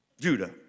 Judah